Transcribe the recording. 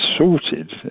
sorted